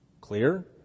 clear